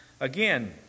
again